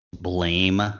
blame